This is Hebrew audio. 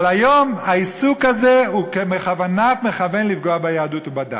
אבל היום העיסוק הזה הוא בכוונת מכוון לפגוע ביהדות ובדת,